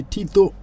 Tito